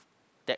that